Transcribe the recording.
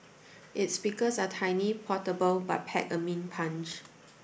its speakers are tiny portable but pack a mean punch